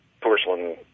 porcelain